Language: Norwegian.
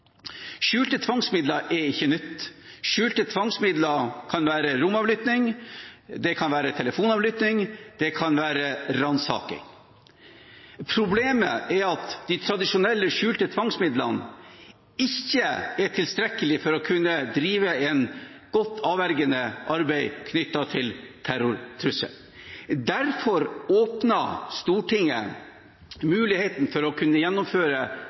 Skjulte tvangsmidler er ikke noe nytt. Skjulte tvangsmidler kan være romavlytting, det kan være telefonavlytting, det kan være ransaking. Problemet er at de tradisjonelle skjulte tvangsmidlene ikke er tilstrekkelig for å kunne drive et godt avvergende arbeid knyttet til terrortrusselen. Derfor åpnet Stortinget muligheten for å kunne